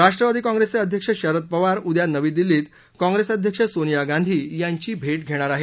राष्ट्रवादी कॉंप्रेसचे अध्यक्ष शरद पवार उद्या नवी दिल्लीत कॉंप्रेस अध्यक्ष सोनिया गांधी यांची भेट घेणार आहेत